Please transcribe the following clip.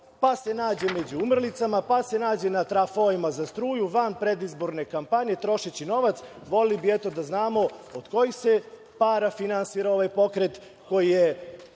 pa se nađe među umrlicama, pa se nađe na trafoima za struju van predizborne kampanje trošeći novac, voleli bi, eto, da znamo, od kojih se para finansira ovaj pokret koji je